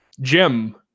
Jim